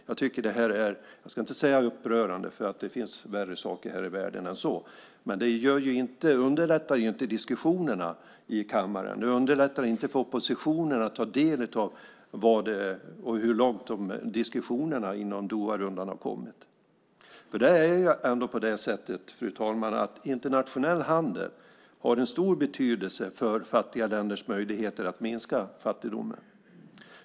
Jag ska inte säga att jag tycker att det här är upprörande, för det finns värre saker här i världen än så, men det underlättar ju inte diskussionerna i kammaren och underlättar inte för oppositionen att ta del av hur långt diskussionerna inom Doharundan har kommit. Det är ändå på det sättet, fru talman, att internationell handel har en stor betydelse för fattiga länders möjligheter att minska fattigdomen.